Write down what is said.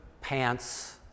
pants